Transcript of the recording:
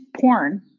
porn